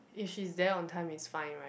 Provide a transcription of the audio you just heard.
if she's there on time it's fine right